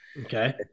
Okay